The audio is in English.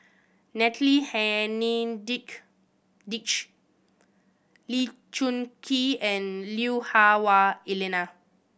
Natalie Henne dige Lee Choon Kee and Lui Hah Wah Elena